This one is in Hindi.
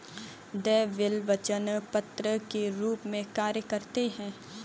देय बिल वचन पत्र के रूप में कार्य करते हैं